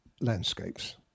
landscapes